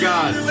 God